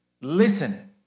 listen